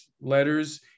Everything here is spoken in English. letters